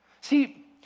See